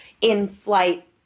in-flight